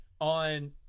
on